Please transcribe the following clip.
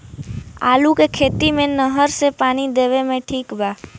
आलू के खेती मे नहर से पानी देवे मे ठीक बा?